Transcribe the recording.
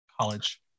college